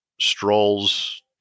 strolls